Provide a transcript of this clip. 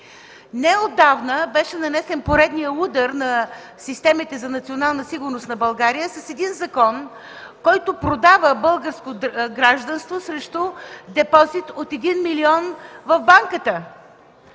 Неотдавна беше нанесен поредният удар на системите за национална сигурност на България със закон, който продава българско гражданство срещу депозит от един милион в банката.